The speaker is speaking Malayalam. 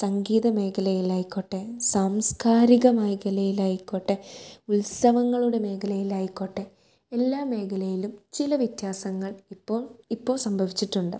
സാങ്കേതിത മേഖലയിലായിക്കോട്ടെ സാംസ്കാരിക മേഖലയിലായിക്കോട്ടെ ഉത്സവങ്ങളുടെ മേഖലയിലായിക്കോട്ടെ എല്ലാ മേഖലയിലും ചില വ്യത്യാസങ്ങൾ ഇപ്പോൾ ഇപ്പോൾ സംഭവിച്ചിട്ടുണ്ട്